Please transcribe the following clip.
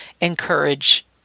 encourage